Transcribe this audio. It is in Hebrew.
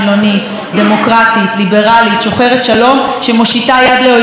שמושיטה יד לאויביה וגם יודעת להביא את השלום אם צריך.